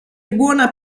buona